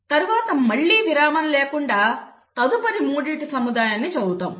తర్వాత మళ్లీ విరామం లేకుండా తదుపరి మూడిటి సముదాయాన్ని చదువుతాము